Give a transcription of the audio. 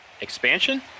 expansion